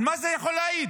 על מה זה יכול להעיד?